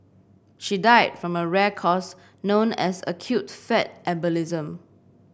she died from a rare cause known as acute fat embolism